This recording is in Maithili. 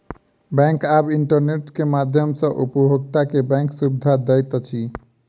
बैंक आब इंटरनेट के माध्यम सॅ उपभोगता के बैंक सुविधा दैत अछि